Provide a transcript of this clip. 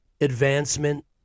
advancement